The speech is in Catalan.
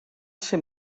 ser